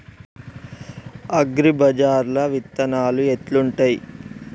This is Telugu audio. అగ్రిబజార్ల విత్తనాలు ఎట్లుంటయ్?